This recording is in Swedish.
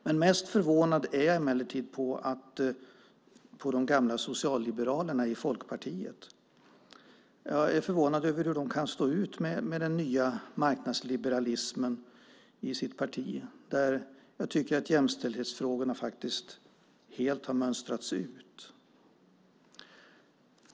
Mest förvånad är jag över de gamla socialliberalerna i Folkpartiet. Jag är förvånad över hur de kan stå ut med den nya marknadsliberalismen i sitt parti där jag tycker att jämställdhetsfrågorna helt har mönstrats ut.